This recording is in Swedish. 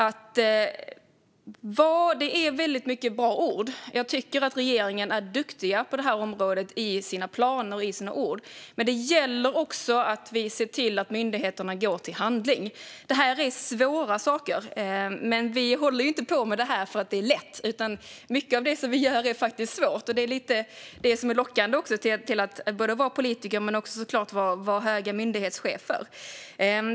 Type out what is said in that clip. Det är väldigt många bra ord. Jag tycker att regeringen är duktiga på detta område i sina planer och ord, men det gäller att också se till att myndigheterna går till handling. Detta är svåra saker, men vi håller inte på med det här för att det är lätt. Mycket av det vi gör är faktiskt svårt, men det är också detta som gör att det är lite lockande att vara politiker eller hög myndighetschef.